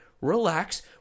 relax